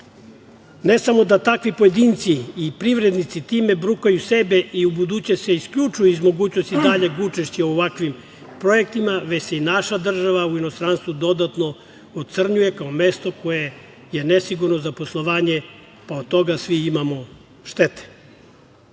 samo da takvi pojedinci i privrednici time brukaju sebe i ubuduće se isključuju iz mogućnosti daljeg učešća u ovakvim projektima, već se i naša država u inostranstvu dodatno ocrnjuje kao mesto koje je nesigurno za poslovanje, pa od toga svi imamo